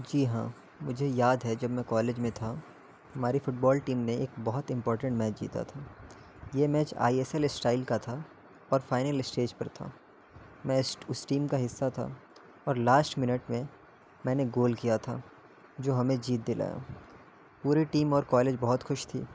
جی ہاں مجھے یاد ہے جب میں کالج میں تھا ہماری فٹ بال ٹیم نے ایک بہت امپورٹینٹ میچ جیتا تھا یہ match I S L style کا تھا اور فائنل اسٹیج پر تھا میں اس اس ٹیم کا حصہ تھا اور لاسٹ منٹ میں میں نے گول کیا تھا جو ہمیں جیت دلایا پوری ٹیم اور کالج بہت خوش تھی